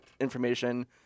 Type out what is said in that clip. information